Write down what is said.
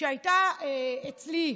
שהייתה גם אצלי,